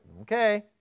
Okay